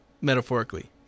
metaphorically